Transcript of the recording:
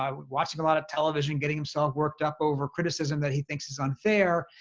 um watching a lot of television, getting himself worked up over criticism that he thinks is unfair.